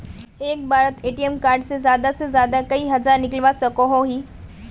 एक बारोत ATM card से ज्यादा से ज्यादा कई हजार निकलवा सकोहो ही?